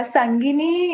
Sangini